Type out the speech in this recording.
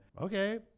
Okay